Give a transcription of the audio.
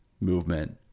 movement